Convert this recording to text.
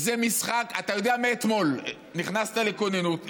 אתה יודע מאתמול, נכנסת לכוננות.